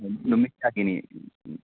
ꯅꯨꯃꯤꯠ ꯀꯌꯥꯒꯤꯅꯣ